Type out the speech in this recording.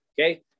okay